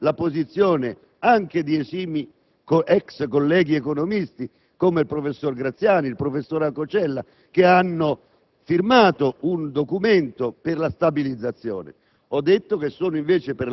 pur apprezzando la posizione anche di esimi ex colleghi economisti, come il professor Graziani e il professor Acocella, che hanno firmato un documento per la stabilizzazione.